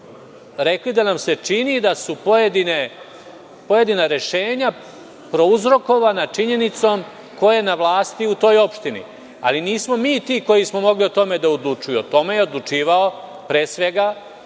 rekli da nam se čini da su pojedina rešenja prouzrokovana činjenicom ko je na vlasti u toj opštini. Ali, nismo mi ti koji smo mogli o tome da odlučujemo. O tome je odlučivao pre svega